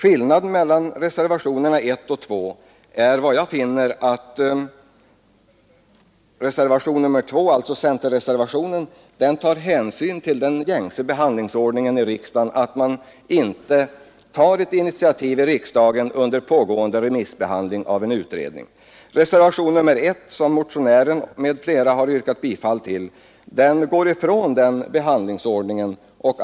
Skillnaden mellan reservationen 1 och reservationen 2 är enligt vad jag finner att reservationen 2 — centerreservationen — tar hänsyn till den gängse behandlingsordningen i riksdagen, att man inte tar ett initiativ i riksdagen under pågående remissbehandling av utredningsbetänkandet. Reservationen 1, som motionären m.fl. har yrkat bifall till, går däremot ifrån den behandlingsordningen.